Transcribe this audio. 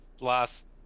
last